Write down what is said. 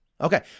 Okay